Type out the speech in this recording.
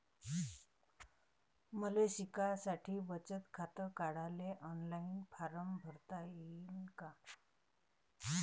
मले शिकासाठी बचत खात काढाले ऑनलाईन फारम भरता येईन का?